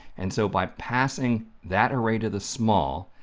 and so, by passing that array to the small,